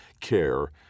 care